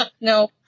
No